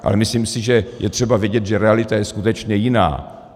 Ale myslím si, že je třeba vidět, že realita je skutečně jiná.